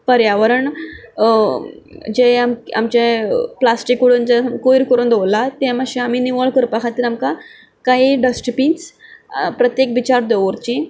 पर्यावरण जें आमचें प्लास्टीक उडोवन जें कोयर करून दवरला तें मातशें आमी निवळ करपा खातीर आमकां काही डस्ट बीन्स प्रत्येक बिचार दवरचीं